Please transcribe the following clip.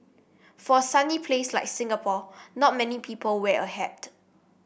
for a sunny place like Singapore not many people wear a hat